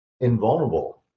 invulnerable